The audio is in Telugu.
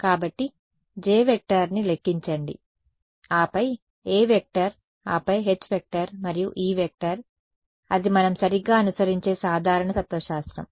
కాబట్టి J ని లెక్కించండి ఆపై A ఆపై H మరియు E అది మనం సరిగ్గా అనుసరించే సాధారణ తత్వశాస్త్రం